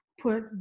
put